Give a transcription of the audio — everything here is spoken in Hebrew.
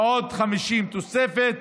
ועוד 50 תוספת.